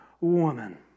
woman